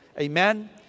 Amen